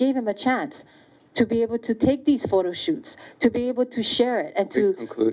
gave him a chance to be able to take these photo shoots to be able to share and to